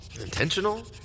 Intentional